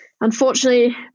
unfortunately